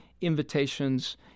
invitations